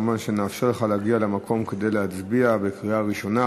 מובן שנאפשר לך להגיע למקום כדי להצביע בקריאה ראשונה